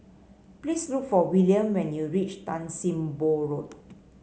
please look for Wiliam when you reach Tan Sim Boh Road